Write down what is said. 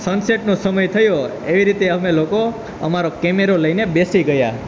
સન સેટનો સમય થયો એવી રીતે અમે લોકો અમારો કેમેરો લઈને બેસી ગયા